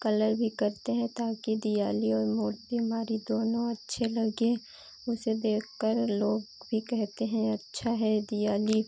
colour भी करते हैं ताकि दियाली और मूर्ति हमारी दोनों अच्छे लगें उसे देखकर लोग भी कहते हैं अच्छा है दियाली